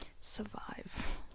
survive